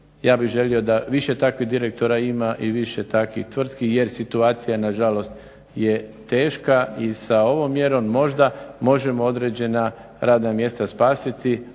Ja bih želio da više takvih direktora ima i više takvih tvrtki jer situacija nažalost je teška i sa ovom mjerom možda možemo određena radna mjesta spasiti,